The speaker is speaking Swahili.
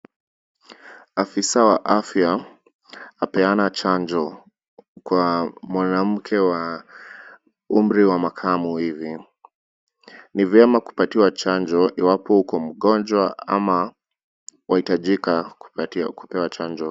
Afisa wa afya apeana chanjo kwa mwanamke wa umri wa makamo hivi. Ni vyema kupatiwa chanjo iwapo uko mgonjwa ama waitajika kupewa chanjo.